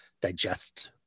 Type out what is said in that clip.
digest